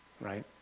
right